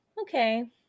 Okay